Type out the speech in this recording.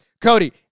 Cody